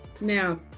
Now